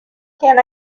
can